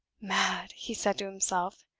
mad! he said to himself.